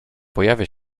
pojawia